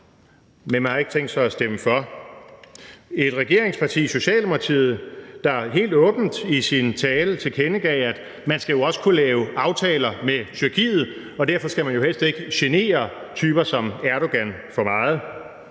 men at man ikke har tænkt sig at stemme for. Vi har et regeringsparti, Socialdemokratiet, der helt åbent i sin tale tilkendegav, at man jo også skal kunne lave aftaler med Tyrkiet, og derfor skal man jo helst ikke genere typer som Erdogan for meget.